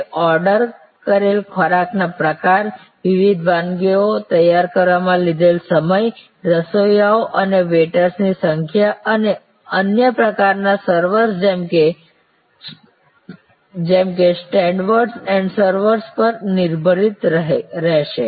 તે ઓર્ડર કરેલા ખોરાકના પ્રકાર વિવિધ વાનગીઓ તૈયાર કરવામાં લીધેલ સમય રસોઇયાઓ અને વાઇટર્સ ની સંખ્યા અને અન્ય પ્રકારના સર્વર્સ જેમ કે સેટવર્ડ્સ ઍન્ડ સર્વર્સ પર પણ નિર્ભર રહેશે